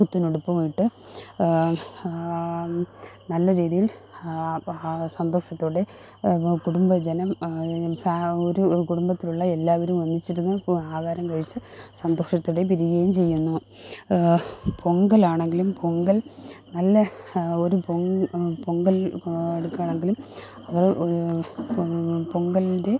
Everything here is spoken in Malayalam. പുത്തനുടുപ്പുമിട്ട് നല്ല രീതിയില് സന്തോഷത്തോടെ കുടുംബജനം ഒരു കുടുംബത്തിലുള്ള എല്ലാവരും ഒന്നിച്ചിരുന്ന് ആഹാരം കഴിച്ച് സന്തോഷത്തോടെ പിരിയുകയും ചെയ്യുന്നു പൊങ്കലാണെങ്കിലും പൊങ്കല് നല്ല ഒരു പൊ പൊങ്കല് എടുക്കാണതിലും പൊങ്കലിന്റെ